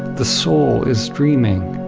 the soul is dreaming,